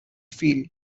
feel